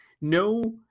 No